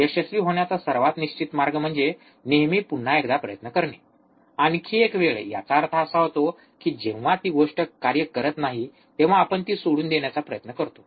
यशस्वी होण्याचा सर्वात निश्चित मार्ग म्हणजे नेहमी पुन्हा एकदा प्रयत्न करणे आणखी एक वेळ याचा अर्थ असा होतो की जेव्हा ती गोष्ट कार्य करत नाही तेव्हा आपण ती सोडून देण्याचा प्रयत्न करतो